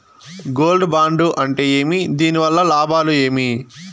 Gold bond అంటే ఏమి? దీని వల్ల లాభాలు ఏమి?